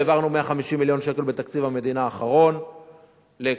העברנו 150 מיליון שקל בתקציב המדינה האחרון לקנייה.